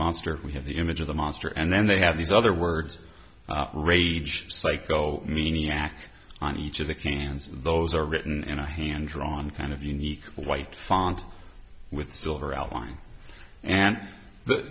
monster we have the image of the monster and then they have these other words rage psycho mean yack on each of the cans those are written in a hand drawn kind of unique white font with silver outline and